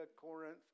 Corinth